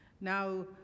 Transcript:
Now